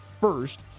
first